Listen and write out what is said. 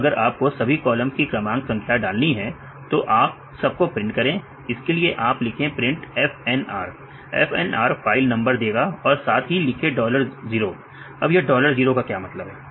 अब अगर आपको सभी कॉलम्स के क्रमांक संख्या डालनी है तो आप सबको प्रिंट करें इसलिए आप लिखें print FNR FNR file number देगा और साथ ही लिखें डॉलर 0 अब यह डॉलर 0 का क्या मतलब है